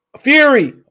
Fury